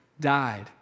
died